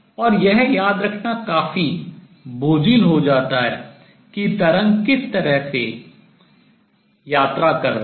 और यह याद रखना काफी बोझिल हो जाता है कि तरंग किस तरह से दिशा में यात्रा कर रही है